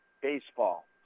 baseball